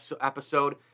episode